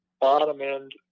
bottom-end